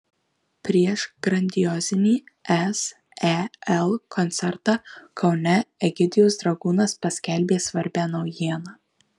prieš grandiozinį sel koncertą kaune egidijus dragūnas paskelbė svarbią naujieną